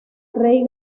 rey